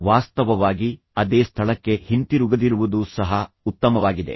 ವಾಸ್ತವವಾಗಿ ಅದೇ ಸ್ಥಳಕ್ಕೆ ಹಿಂತಿರುಗದಿರುವುದು ಸಹ ಉತ್ತಮವಾಗಿದೆ